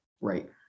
right